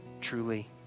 truly